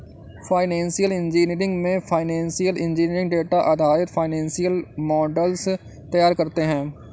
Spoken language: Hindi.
फाइनेंशियल इंजीनियरिंग में फाइनेंशियल इंजीनियर डेटा आधारित फाइनेंशियल मॉडल्स तैयार करते है